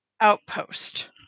outpost